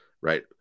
right